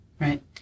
Right